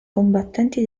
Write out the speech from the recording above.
combattenti